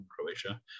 Croatia